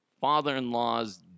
father-in-law's